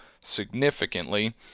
significantly